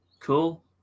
cool